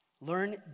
Learn